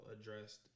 addressed